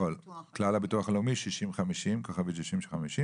הביטוח הלאומי - 6050*.